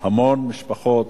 המון משפחות,